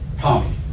tommy